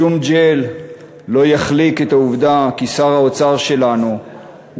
שום ג'ל לא יחליק את העובדה כי שר האוצר שלנו הוא